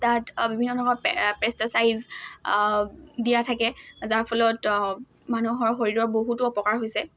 তাত বিভিন্ন ধৰণৰ পে পেষ্টিচাইডছ্ দিয়া থাকে যাৰ ফলত মানুহৰ শৰীৰৰ বহুতো অপকাৰ হৈছে